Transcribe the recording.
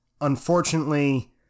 unfortunately